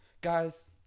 Guys